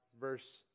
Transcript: verse